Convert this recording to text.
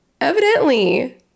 evidently